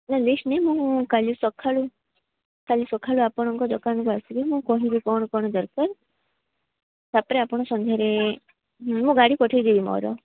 list ନୁହେଁ ମୁଁ କାଲି ସକାଳୁ କାଲି ସକାଳୁ ଆପଣଙ୍କ ଦୋକାନକୁ ଆସିବି ମୁଁ କହିବି କ'ଣ କ'ଣ ଦରକାର ତାପରେ ଆପଣ ସନ୍ଧ୍ୟାରେ ମୁଁ ଗାଡ଼ି ପଠେଇଦେବି ମୋର